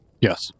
Yes